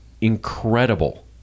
incredible